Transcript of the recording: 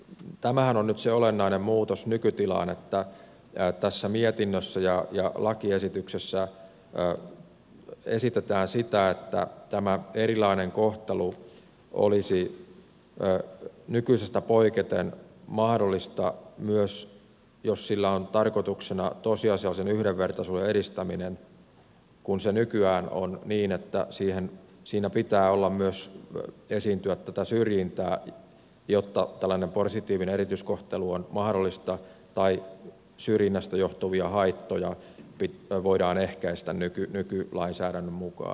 tämähän on nyt se olennainen muutos nykytilaan että tässä mietinnössä ja lakiesityksessä esitetään sitä että tämä erilainen kohtelu olisi nykyisestä poiketen mahdollista myös jos sillä on tarkoituksena tosiasiallisen yhdenvertaisuuden edistäminen kun se nykyään on niin että siinä pitää esiintyä myös tätä syrjintää jotta tällainen positiivinen erityiskohtelu on mahdollista tai syrjinnästä johtuvia haittoja voidaan ehkäistä nykylainsäädännön mukaan